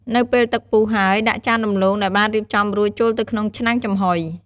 នៅពេលទឹកពុះហើយ ដាក់ចានដំឡូងដែលបានរៀបចំរួចចូលទៅក្នុងឆ្នាំងចំហុយ។